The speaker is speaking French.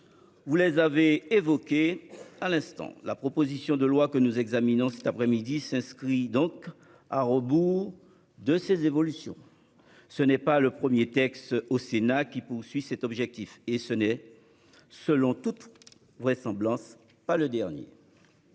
Vous les avez évoquées à l'instant. La proposition de loi que nous examinons cet après-midi s'inscrit donc à rebours de ces évolutions. Elle n'est pas pour autant le premier texte présenté au Sénat qui vise cet objectif et, selon toute vraisemblance, elle ne sera